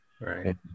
Right